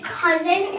cousin